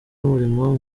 w’umurimo